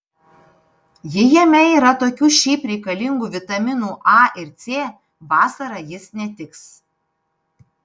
jei jame yra tokių šiaip reikalingų vitaminų a ir c vasarą jis netiks